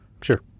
Sure